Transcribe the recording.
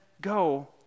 go